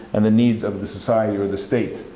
and the needs of the society or the state.